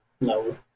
No